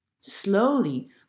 Slowly